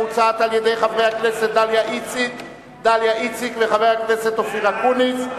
המוצעת על-ידי חברי הכנסת דליה איציק ואופיר אקוניס.